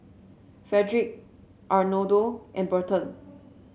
Frederic Arnoldo and Burton